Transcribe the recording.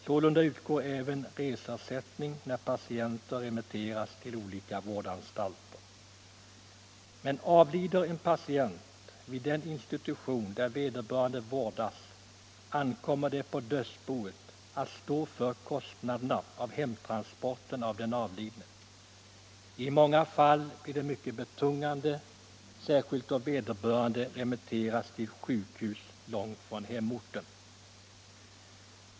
Sålunda utgår även reseersättning när patienter remitteras till olika vårdanstalter. Men avlider en patient vid den institution där vederbörande vårdas ankommer det på dödsboet att stå för kostnaderna för hemtransporten av den avlidne. I många fall blir detta mycket betungande, särskilt då vederbörande remitterats till ett sjukhus långt från hemorten.